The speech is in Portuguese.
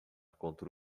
contra